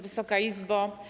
Wysoka Izbo!